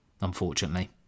unfortunately